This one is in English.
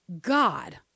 God